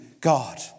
God